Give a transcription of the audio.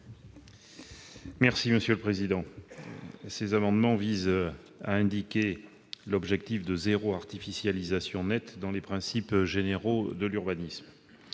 Gouvernement ? Ces trois amendements visent à insérer l'objectif de zéro artificialisation nette dans les principes généraux de l'urbanisme.